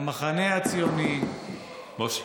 התפרעת כמו, מוסי.